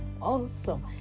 awesome